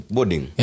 Boarding